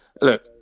look